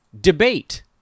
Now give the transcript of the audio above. debate